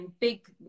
big